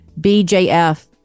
BJF